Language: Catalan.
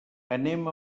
anem